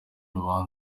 isomwa